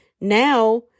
now